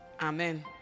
Amen